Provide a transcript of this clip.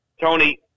Tony